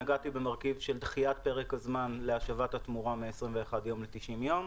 נגעתי במרכיב דחיית פרק הזמן להשבת התמורה מ-21 יום ל-90 יום.